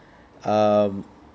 um